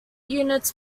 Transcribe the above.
units